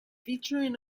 featuring